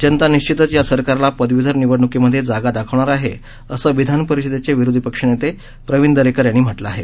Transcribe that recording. जनता निश्चितच या सरकारला पदवीधर निवडण्कीमध्ये जागा दाखवणार आहे असं विधानपरिषदेचे विरोधी पक्षनेते प्रवीण दरेकर यांनी म्हटलं आहे